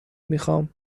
میخام